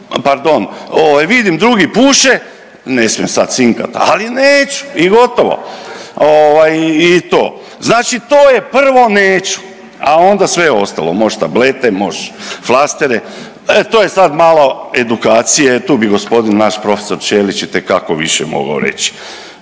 ovaj, vidim drugi puše, ne smijem sad cinkat, ali neću i gotovo. Ovaj, i to. Znači to je prvo, neću, a onda sve ostalo, možeš tablete, možeš flastere, e to je sad malo edukacije, tu bi g. naš profesor Ćelić itekako više mogao reći.